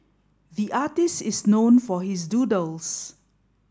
the artist is known for his doodles